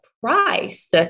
price